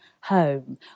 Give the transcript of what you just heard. home